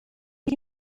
ari